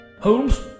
Holmes